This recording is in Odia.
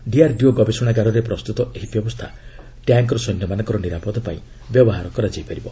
ଡିଆର୍ଡିଓ ଗବେଷଣାଗାରରେ ପ୍ରସ୍ତୁତ ଏହି ବ୍ୟବସ୍ଥା ଟ୍ୟାଙ୍କ୍ର ସୈନ୍ୟମାନଙ୍କର ନିରାପଦ ପାଇଁ ବ୍ୟବହାର ହେବ